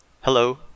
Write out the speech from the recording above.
Hello